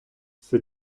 все